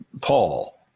Paul